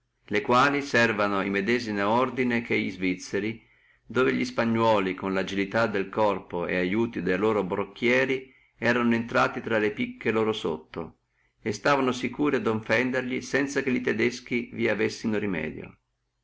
le quali servono el medesimo ordine che le svizzere dove li spagnoli con la agilità del corpo et aiuto de loro brocchieri erano intrati tra le picche loro sotto e stavano securi ad offenderli sanza che todeschi vi avessino remedio